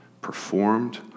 performed